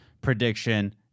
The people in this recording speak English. prediction